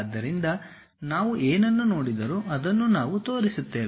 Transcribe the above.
ಆದ್ದರಿಂದ ನಾವು ಏನನ್ನು ನೋಡಿದರೂ ಅದನ್ನು ನಾವು ತೋರಿಸುತ್ತೇವೆ